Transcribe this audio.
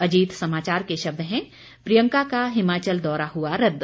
अजीत समाचार के शब्द हैं प्रियंका का हिमाचल दौरा हुआ रद्द